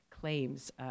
claims